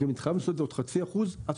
גם התחייבנו לעשות את זה עוד 0.5% עד